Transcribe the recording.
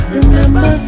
Remember